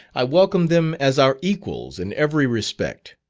i welcome them as our equals in every respect.